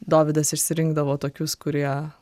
dovydas išsirinkdavo tokius kurie